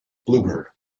bluebird